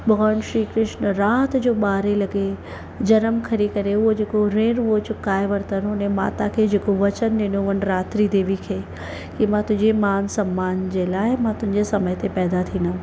भॻवानु श्री कृष्ण राति जो ॿारहें लॻे जनमु खणी करे उहो जेको ऋण उहो चुकाए वरतनि उन माता खे जेको वचन ॾिनो उन रात्री देवी खे इहे मां तुंहिंजे मान सम्मान जे लाइ मां तुंहिंजे समय ते पैदा थींदुमि